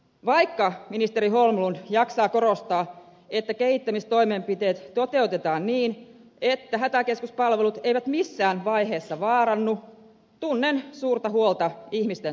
vaikka ministeri holmlund jaksaa korostaa että kehittämistoimenpiteet toteutetaan niin että hätäkeskuspalvelut eivät missään vaiheessa vaarannu tunnen suurta huolta ihmisten turvallisuudesta